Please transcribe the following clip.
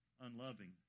unloving